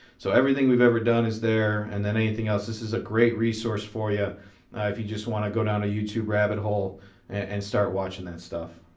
so everything we've ever done is there, and then anything else this is a great resource for you if you just want to go down a youtube rabbit hole and start watching that stuff.